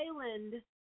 island